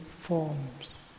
forms